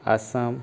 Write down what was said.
Assam